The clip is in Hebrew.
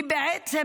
כי בעצם,